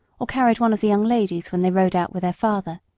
or carried one of the young ladies when they rode out with their father,